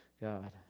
God